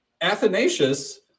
Athanasius